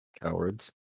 Cowards